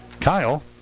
Kyle